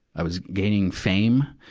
i was gaining fame.